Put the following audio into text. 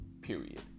period